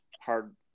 hard